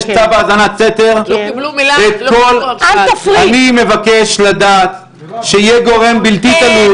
צו האזנת סתר אני מבקש לדעת שיהיה גורם בלתי תלוי